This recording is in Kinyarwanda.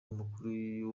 amakuru